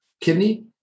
kidney